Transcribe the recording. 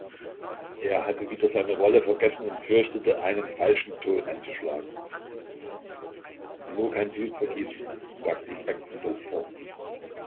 er hatte wieder seine rolle vergessen und fürchtete einen falschen ton anzuschlagen nur kein blutvergießen sagte ihm benkendorf vor